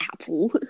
apple